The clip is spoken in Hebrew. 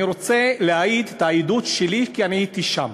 אני רוצה להעיד את העדות שלי, כי הייתי שם: